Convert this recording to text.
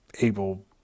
able